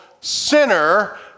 sinner